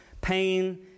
Pain